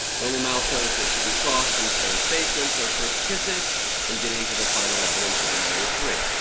the only milestones that should be crossed in parents' basements are first kisses and getting to the final level in super mario three.